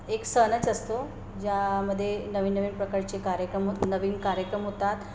एक सणच असतो ज्यामध्ये नवीन नवीन प्रकारचे कार्यक्रम होत नवीन कार्यक्रम होतात